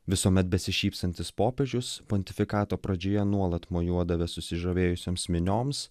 visuomet besišypsantis popiežius pontifikato pradžioje nuolat mojuodavo susižavėjusioms minioms